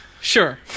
sure